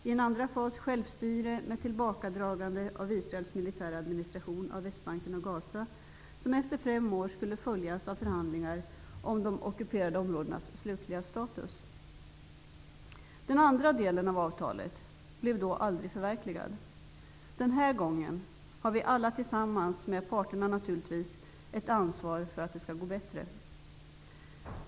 I en andra fas var det fråga om självstyre med tillbakadragande av Israels militära administration av Västbanken och Gaza som efter fem år skulle följas av förhandlingar om de ockuperade områdenas slutliga status. Den andra delen av avtalet blev då aldrig förverkligad. Den här gången har vi alla, naturligtvis tillsammans med parterna, ett ansvar för att det skall gå bättre.